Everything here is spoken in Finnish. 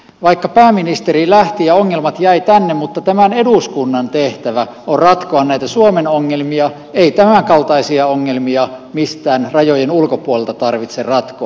pääministeri lähti ja ongelmat jäivät tänne mutta tämän eduskunnan tehtävä on ratkoa näitä suomen ongelmia ei tämänkaltaisia ongelmia mistään rajojen ulkopuolelta tarvitse ratkoa